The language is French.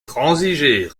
transiger